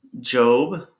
Job